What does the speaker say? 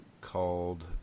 called